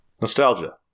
Nostalgia